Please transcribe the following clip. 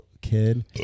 kid